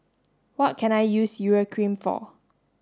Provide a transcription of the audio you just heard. what can I use Urea cream for